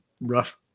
rough